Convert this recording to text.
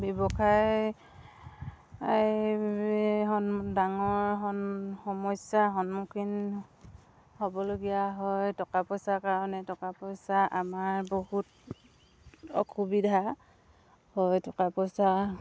ব্যৱসায় ডাঙৰ সমস্যাৰ সন্মুখীন হ'বলগীয়া হয় টকা পইচাৰ কাৰণে টকা পইচা আমাৰ বহুত অসুবিধা হয় টকা পইচা